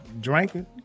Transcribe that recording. drinking